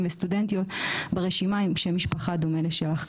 וסטודנטיות ברשימה עם שם משפחה דומה לשלך.